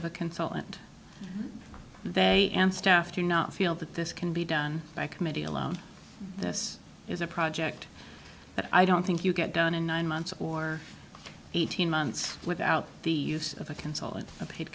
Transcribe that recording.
of a consultant they and staff do not feel that this can be done by committee alone this is a project that i don't think you get done in nine months or eighteen months without the use of a console and a paid